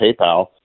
PayPal